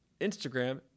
Instagram